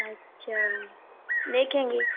अच्छा देखेंगे